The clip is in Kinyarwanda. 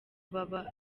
baba